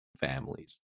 families